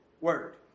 word